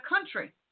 country